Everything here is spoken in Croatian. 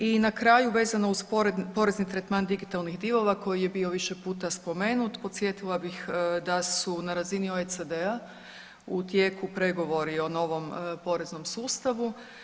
I na kraju vezano uz poreznih tretman digitalnih dilova koja je bio više puta spomenut podsjetila bih da su na razini OECD-a u tijeku pregovori o novom poreznom sustavu.